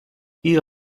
ils